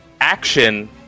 Action